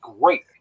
great